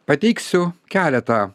pateiksiu keletą